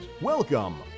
Welcome